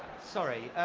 sorry.